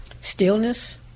stillness